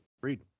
Read